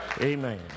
Amen